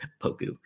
Poku